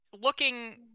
Looking